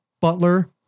Butler